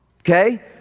okay